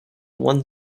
one